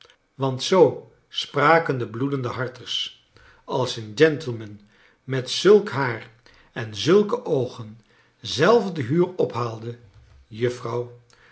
want zoo spraken de bloedende harters als een gentleman met zulk haar en zulke oogen zelf de huur ophaalde